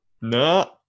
No